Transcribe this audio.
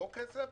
לא כסף?